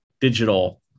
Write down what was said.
digital